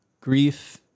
grief